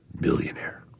millionaire